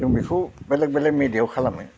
जों बेखौ बेलेग बेलेग मेडियायाव खालामो